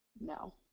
No